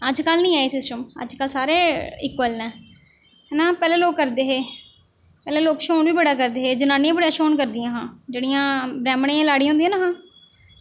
अज्जकल निं ऐ एह् सिस्टम अज्जकल सारे इकुअल न है ना पैह्लें लोग करदे हे पैह्लें लोक छ्होन बी बड़ा करदे हे जनानियां बड़ा छ्होन करदियां हियां जेह्ड़ियां ब्रैह्मणें दियां लाड़ियां होंदियां हियां न